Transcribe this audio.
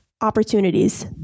opportunities